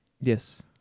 Yes